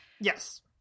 Yes